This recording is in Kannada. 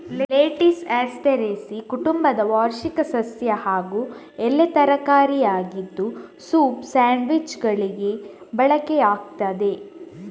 ಲೆಟಿಸ್ ಆಸ್ಟರೇಸಿ ಕುಟುಂಬದ ವಾರ್ಷಿಕ ಸಸ್ಯ ಹಾಗೂ ಎಲೆ ತರಕಾರಿಯಾಗಿದ್ದು ಸೂಪ್, ಸ್ಯಾಂಡ್ವಿಚ್ಚುಗಳಿಗೆ ಬಳಕೆಯಾಗ್ತದೆ